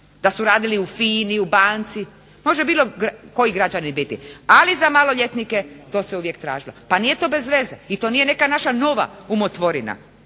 da su radili u Fina-i, u banci, može bilo koji građanin biti, ali za maloljetnike to se uvijek tražilo. Pa nije to bezveze i to nije neka naša nova umotvorina,